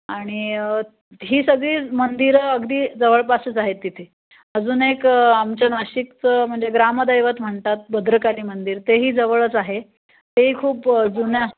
आणि ही सगळी मंदिरं अगदी जवळपासच आहेत तिथे अजून एक आमच्या नाशिकचं म्हणजे ग्रामदैवत म्हणतात भद्रकाली मंदिर तेही जवळच आहे तेही खूप जुन्या